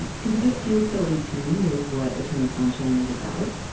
because it just feels so in tune with what eternal sunshine is about.